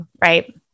right